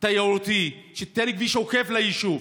תיירותי, שתיתן כביש עוקף ליישוב.